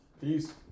peace